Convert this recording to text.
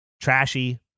trashy